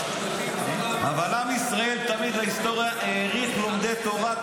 אבל עם ישראל תמיד בהיסטוריה העריך לומדי תורה,